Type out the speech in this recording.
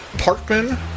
Parkman